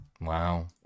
Wow